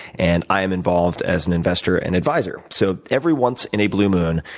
and i am involved as an investor and advisor. so every once in a blue moon,